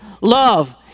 love